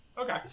Okay